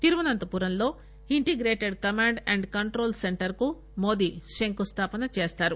తిరువనంతపురంలో integrated command control centre కు మోదీ శంకుస్థాపన చేస్తారు